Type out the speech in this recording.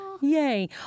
Yay